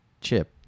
chip